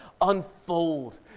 Unfold